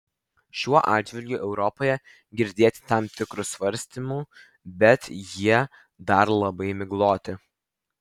šiuo atžvilgiu europoje girdėti tam tikrų svarstymų bet jie dar labai migloti